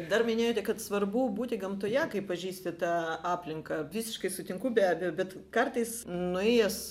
dar minėjote kad svarbu būti gamtoje kai pažįsti tą aplinką visiškai sutinku be abejo bet kartais nuėjęs